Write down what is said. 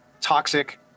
toxic